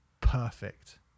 perfect